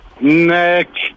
Next